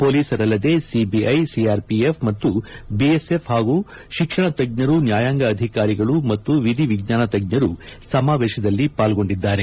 ಪೊಲೀಸರಲ್ಲದೆ CBI CRPF ಮತ್ತು BSF ಹಾಗೂ ಶಿಕ್ಷಣ ತಜ್ಞರು ನ್ಯಾಯಾಂಗ ಅಧಿಕಾರಿಗಳು ಮತ್ತು ವಿಧಿ ವಿಜ್ಞಾನ ತಜ್ಞರು ಸಮಾವೇಶದಲ್ಲಿ ಪಾಲ್ಗೊಂಡಿದ್ದಾರೆ